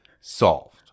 solved